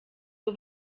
nur